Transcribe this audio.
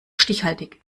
stichhaltig